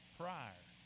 prior